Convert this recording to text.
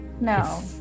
No